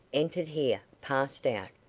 entered here passed out.